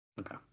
Okay